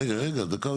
רגע, רגע, דקה.